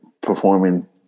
performing